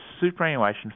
superannuation